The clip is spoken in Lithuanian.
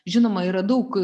žinoma yra daug